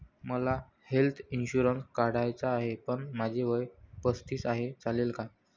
मला health insurance काढायचा आहे पण माझे वय पस्तीस आहे, चालेल का?